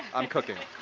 i'm cooking